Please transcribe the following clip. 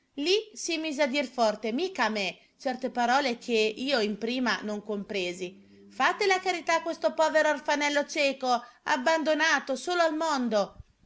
lì si mise a dir forte mica a me certe parole che io in prima non compresi fate la carità a questo povero orfanello cieco abbandonato solo al mondo